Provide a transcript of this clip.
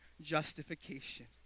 justification